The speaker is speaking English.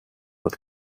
with